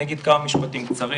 אני אגיד כמה משפטים קצרים.